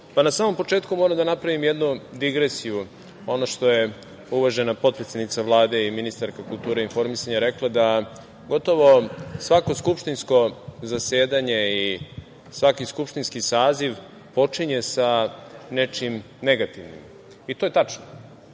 na samom početku moram da napravim jednu digresiju. Ono što je uvažena potpredsednica Vlade i ministarka kulture i informisanja rekla, da gotovo svako skupštinsko zasedanje i svaki skupštinski saziv počinje sa nečim negativnim. To je tačno.